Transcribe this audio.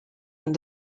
and